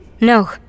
No